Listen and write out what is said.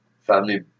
family